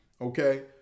okay